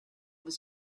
was